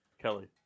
Kelly